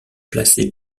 placés